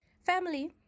Family